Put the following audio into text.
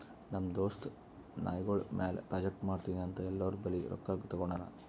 ನಮ್ ದೋಸ್ತ ನಾಯ್ಗೊಳ್ ಮ್ಯಾಲ ಪ್ರಾಜೆಕ್ಟ್ ಮಾಡ್ತೀನಿ ಅಂತ್ ಎಲ್ಲೋರ್ ಬಲ್ಲಿ ರೊಕ್ಕಾ ತಗೊಂಡಾನ್